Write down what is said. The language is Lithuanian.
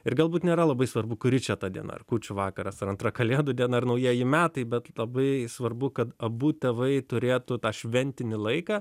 ir galbūt nėra labai svarbu kuri čia ta diena ar kūčių vakaras ar antra kalėdų diena ar naujieji metai bet labai svarbu kad abu tėvai turėtų tą šventinį laiką